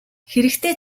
хэрэгтэй